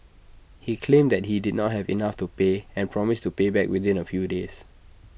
he claimed that he did not have enough to pay and promised to pay back within A few days